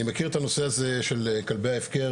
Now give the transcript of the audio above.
אני מכיר את הנושא הזה של כלבי ההפקר,